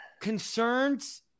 Concerns